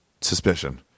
suspicion